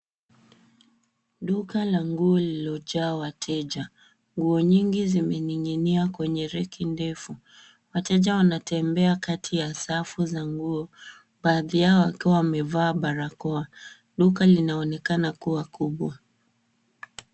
Duka la nguo lililojaa wateja .Nguo nyingi zimening'inia kwenye reki ndefu. Wateja wanatembea kati ya safu za nguo. Baadhi yao wakiwa wamevaa barakoa. Duka linaonekana kuwa kubwa.